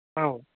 ꯑꯧ